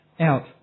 out